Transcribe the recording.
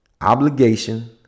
obligation